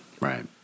Right